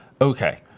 okay